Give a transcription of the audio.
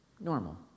normal